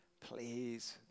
Please